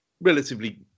relatively